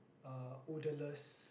uh odourless